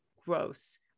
gross